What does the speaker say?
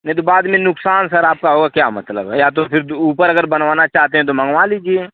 नहीं तो बाद में नुक्सान सर आपका होगा क्या मतलब है या तो फिर ऊपर अगर बनवाना चाहते हैं तो मँगवा लीजिए